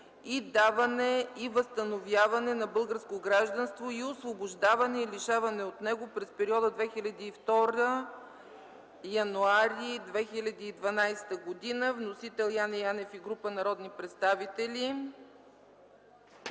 и даване и възстановяване на българско гражданство и освобождаване и лишаване от него през периода 2002 – януари 2012 г. Вносител – Яне Янев и група народни представители.